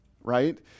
right